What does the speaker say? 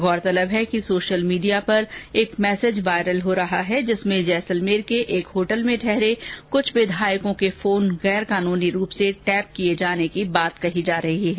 गौरतलब है कि सोशल मीडिया पर एक मैसेज वायरल हो रहा है जिसमें जैसलमेर के होटल में ठहरे कुछ विधायकों के फोन गैर कानूनी रूप से टैप किये जाने की बात कही जा रही है